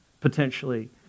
potentially